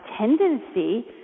tendency